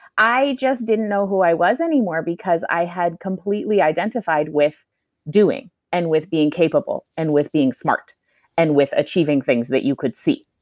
i just didn't know who i was anymore, because i had completely identified with doing and with being capable and with being smart and with achieving things that you could see.